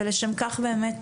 ולשם כך באמת